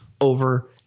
over